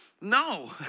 no